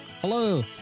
Hello